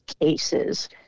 cases